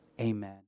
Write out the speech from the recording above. Amen